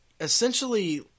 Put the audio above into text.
essentially